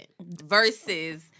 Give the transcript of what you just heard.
versus